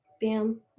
Bam